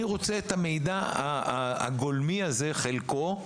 אני רוצה את המידע הגולמי הזה, חלקו,